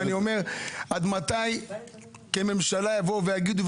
ואני אומר עד מתי כממשלה יבואו ויגידו,